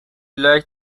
like